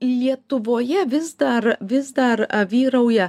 lietuvoje vis dar vis dar vyrauja